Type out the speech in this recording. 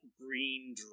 green